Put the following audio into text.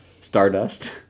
stardust